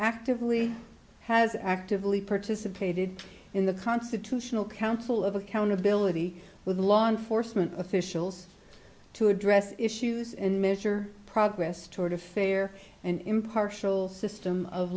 actively has actively participated in the constitutional council of accountability with law enforcement officials to address issues and measure progress toward a fair and impartial system of